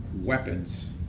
weapons